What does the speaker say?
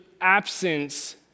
absence